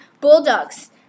Bulldogs